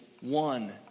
one